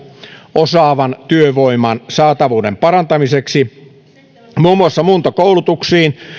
osaavan työvoiman saatavuuden parantamiseksi muun muassa muuntokoulutuksiin